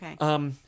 Okay